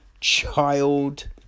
child